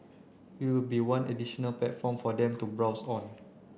we will be one additional platform for them to browse on